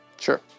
Sure